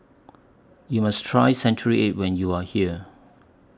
YOU must Try Century Egg when YOU Are here